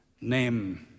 name